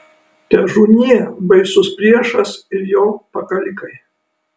težūnie baisus priešas ir jo pakalikai